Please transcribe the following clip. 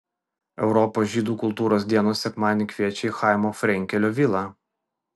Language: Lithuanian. europos žydų kultūros dienos sekmadienį kviečia į chaimo frenkelio vilą